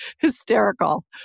hysterical